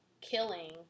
killing